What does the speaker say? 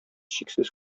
чиксез